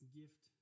gift